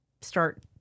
start